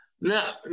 No